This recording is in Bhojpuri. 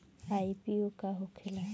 आई.पी.ओ का होखेला?